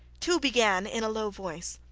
two began in a low voice,